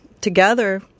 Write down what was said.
together